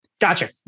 gotcha